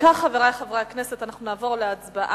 אם כך, חברי חברי הכנסת, אנחנו נעבור להצבעה.